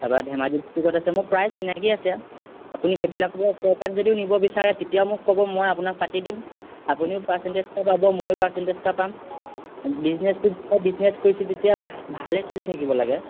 তাৰপা ধেমাজি ডিষ্ট্ৰিকত আছে মোৰ প্ৰায় চিনাকি আছে আপুনি সেইবিলাকৰ ওচৰৰ পা যদিও নিব বিচাৰে তেতিয়াও মোক ক'ব মই আপোনাক পাতি দিম আপুনিও পাৰ্চেণ্টেজ এটা পাব ময়ো পাৰ্চেণ্টেজ এটা পাম বিজনেচটো যেতিয়া বিজনেচ কৰিছোঁ তেতিয়া ভা ভালে চলি থাকিব লাগে